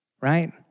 right